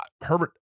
Herbert